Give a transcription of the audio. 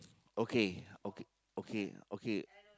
okay okay okay okay